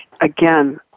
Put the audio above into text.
again